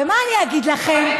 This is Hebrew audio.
ומה אני אגיד לכם,